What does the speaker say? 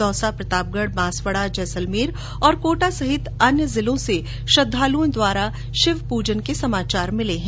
दौसा प्रतापगढ बांसवाडा जैसलमेर और कोटा सहित अन्य जिलों से श्रद्वालुओं द्वारा शिव पूजन के समाचार मिले हैं